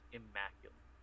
immaculate